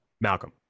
Malcolm